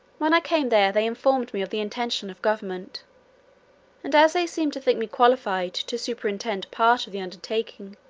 when i came there they informed me of the intention of government and as they seemed to think me qualified to superintend part of the undertaking,